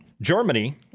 Germany